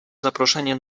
zaproszenie